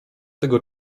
tego